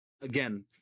again